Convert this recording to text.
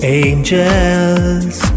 angels